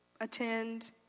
attend